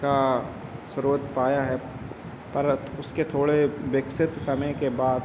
का स्रोत पाया है परतु उसके थोड़े विकसित समय के बाद